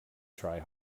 try